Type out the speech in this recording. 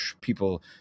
people